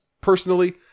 personally